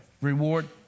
Reward